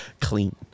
clean